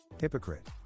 Hypocrite